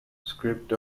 script